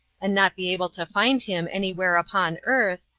and not be able to find him any where upon earth,